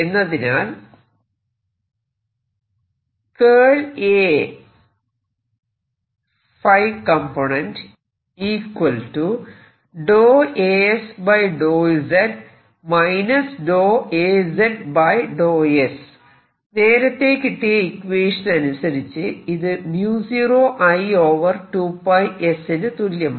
എന്നതിനാൽ നേരത്തെ കിട്ടിയ ഇക്വേഷൻ അനുസരിച്ച് ഇത് 0 I 2 s ന് തുല്യമാണ്